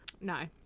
No